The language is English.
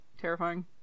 terrifying